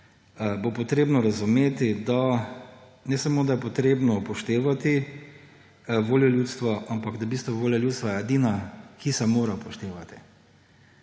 bo potrebno razumeti, ne samo da je potrebno upoštevati voljo ljudstva, ampak da v bistvu volja ljudstva je edina, ki se mora upoštevati,